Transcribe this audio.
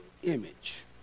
image